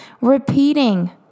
repeating